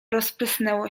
rozprysnęło